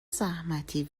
زحمتی